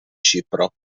cipro